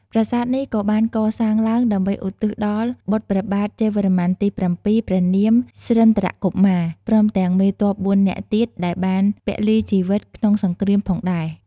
ប្រាសាទនេះក៏បានកសាងឡើងដើម្បីឧទ្ទិសដល់បុត្រព្រះបាទជ័យវរ្ម័នទី៧ ព្រះនាម ស្រិន្ទ្រកុមារ ព្រមទាំងមេទ័ពបួននាក់ទៀតដែលបានពលីជីវិតក្នុងសង្គ្រាមផងដែរ។